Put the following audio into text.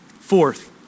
Fourth